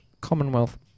Commonwealth